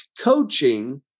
coaching